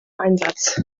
einsatz